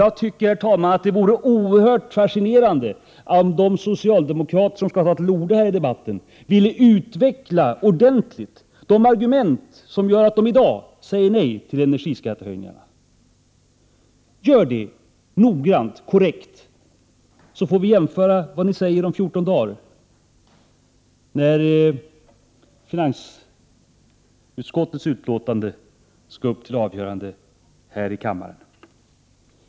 Jag tycker, herr talman, att det vore fascinerande om de socialdemokrater som nu skall ta till orda i debatten ordentligt ville utveckla de argument som gör att de i dag säger nej till energiskattehöjningarna. Gör det noggrant och korrekt, så får vi jämföra med vad ni säger om 14 dagar när finansutskottets betänkande skall företas till avgörande här i kammaren.